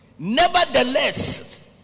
Nevertheless